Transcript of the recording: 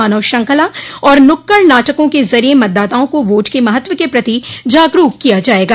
मानव श्रृंखला और नुक्कड़ नाटकों के ज़रिये मतदाताओं को वोट के महत्व के प्रति जागरूक किया जायेगा